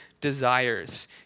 desires